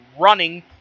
running